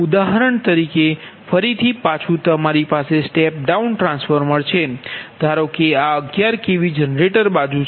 ઉદાહરણ તરીકે ફરીથી પાછુ તમારી પાસે સ્ટેપ ડાઉન ટ્રાન્સફોર્મર છે ધારો કે આ 11 કેવી જનરેટર બાજુ છે